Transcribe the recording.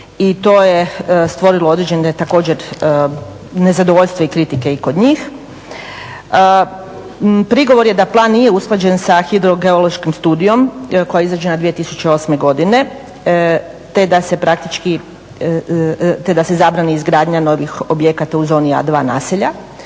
i to je stvorilo određene također nezadovoljstva i kritike i kod njih. Prigovor je da plan nije usklađen sa Hidrogeološkom studijom koja je izrađena 2008. godine te da se zabrani izgradnja novih objekata u zoni A2 naselja,